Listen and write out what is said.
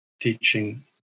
teaching